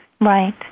Right